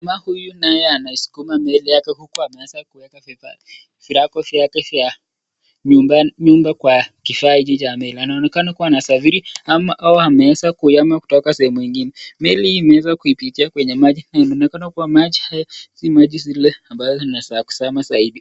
Jama huyu anaskuma meli yake huku ameweza kuweka virago vyake vya nyumba kwa kifaa hiki cha meli, anaonekana kuwa anasafiri ama ameweza kuhama kutoka hehemu ingine. Meli hii imeweza kuipitia kwenye maji, inaonekana maji haya si maji zile, ambayo inaweza kuzama saidi